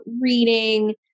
reading